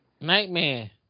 Nightmare